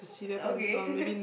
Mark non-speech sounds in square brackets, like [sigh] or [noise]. okay [laughs]